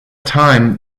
time